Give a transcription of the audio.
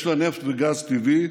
יש לה נפט וגז טבעי,